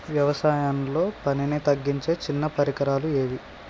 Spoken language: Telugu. వ్యవసాయంలో పనిని తగ్గించే చిన్న పరికరాలు ఏవి?